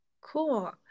Cool